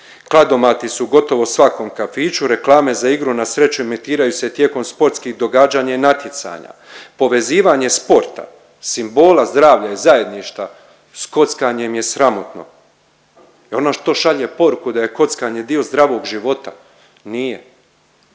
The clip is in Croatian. Kladomati su gotovo u svakom kafiću, reklame za igru na sreću emitiraju se tijekom sportskih događanja i natjecanja. Povezivanje sporta simbola zdravlja i zajedništva s kockanjem je sramotno. I ono što šalje poruku da je kockanje dio zdravog života, nije.